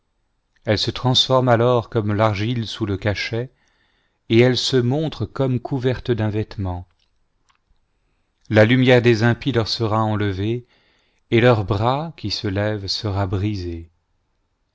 elle se transforme alom comnifl l'argile sous le cachet et elle se montre comme couverte d'un vêtement la lumière des impies leur sera enlevée et leur bras qui se lève sera brisé